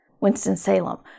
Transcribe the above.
Winston-Salem